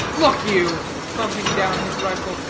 look you, thumping down his rifle,